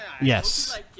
Yes